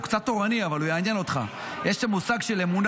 הוא קצת תורני אבל הוא יעניין אותך: יש את כל המושג הזה של אמונה.